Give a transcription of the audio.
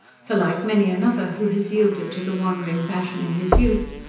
for, like many another who has yielded to the wandering passion in his youth,